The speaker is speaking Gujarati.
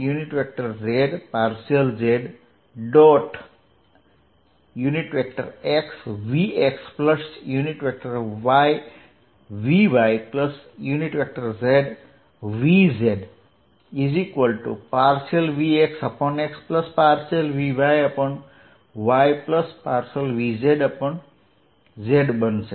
xvxyvyzvz vx∂xvy∂yvz∂z બનશે